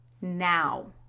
now